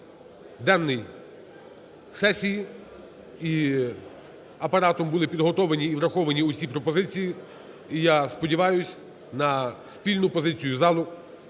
денний сесії, і Апаратом були підготовлені і враховані усі пропозиції. І я сподіваюсь, на спільну позицію залу